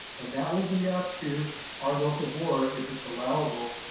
and that will be up to our local board if it's allowable,